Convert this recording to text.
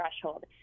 threshold